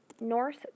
Norse